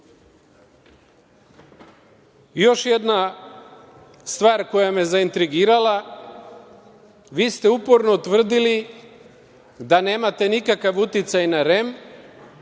jedna stvar koja me je zaintrigirala, vi ste uporno tvrdili da nemate nikakav uticaj na REM